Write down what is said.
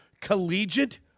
Collegiate